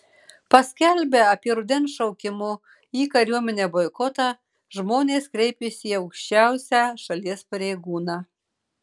paskelbę apie rudens šaukimo į kariuomenę boikotą žmonės kreipėsi į aukščiausią šalies pareigūną